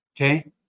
Okay